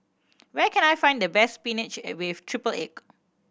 where can I find the best spinach with triple egg